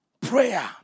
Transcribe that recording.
prayer